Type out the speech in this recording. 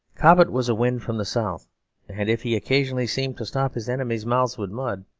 cobbett was a wind from the south and if he occasionally seemed to stop his enemies' mouths with mud,